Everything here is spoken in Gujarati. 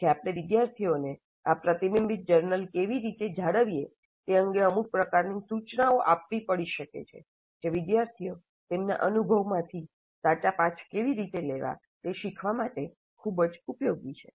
તેથી આપણે વિદ્યાર્થીઓને આ પ્રતિબિંબીત જર્નલ કેવી રીતે જાળવીએ તે અંગે અમુક પ્રકારની સૂચનાઓ આપવી પડી શકે છે જે વિદ્યાર્થીઓ તેમના અનુભવમાંથી સાચા પાઠ કેવી રીતે લેવા તે શીખવા માટે ખૂબ જ ઉપયોગી છે